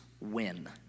win